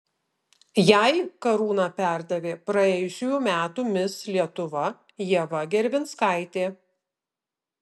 jai karūna perdavė praėjusiųjų metų mis lietuva ieva gervinskaitė